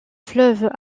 fleuve